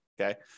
Okay